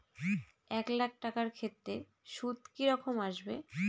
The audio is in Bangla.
এক লাখ টাকার ক্ষেত্রে সুদ কি রকম আসবে?